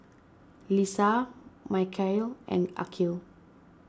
Lisa Mikhail and Aqil